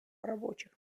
рабочих